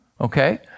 Okay